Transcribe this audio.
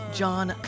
john